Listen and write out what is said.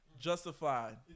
Justified